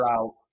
out